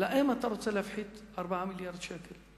להם אתה רוצה להפחית 4 מיליארדי שקלים,